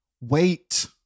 Wait